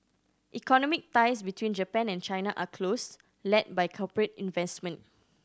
economic ties between Japan and China are close led by corporate investment